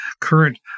current